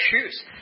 shoes